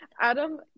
Adam